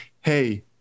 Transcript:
Hey